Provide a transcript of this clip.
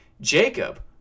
Jacob